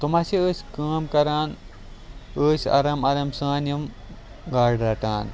تِم چھِ ٲسۍ کٲم کَران ٲسۍ آرام آرام سان یِم گاڈٕ رَٹان